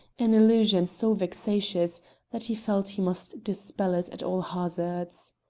an illusion so vexatious that he felt he must dispel it at all hazards.